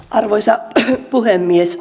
arvoisa puhemies